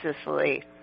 Sicily